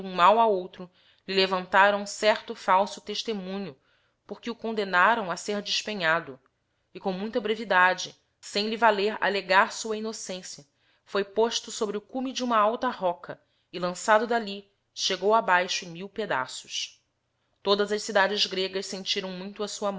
mal a outro lhe levantarão certo falso testemunho porque o condemnárão a ser despenhado e com muita brevidade sem lhe valer allegar sua innocenciii foi posto sobre o cume de huma alta roca e lançado dalli chegou a baixo em mil pedaços todas as cidades gregas sentirão muito a sua